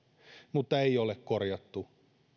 mutta ei ole korjattu